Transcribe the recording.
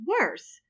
worse